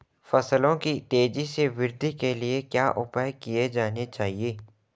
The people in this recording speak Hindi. फसलों की तेज़ी से वृद्धि के लिए क्या उपाय किए जाने चाहिए?